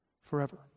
forever